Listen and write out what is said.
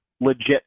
legit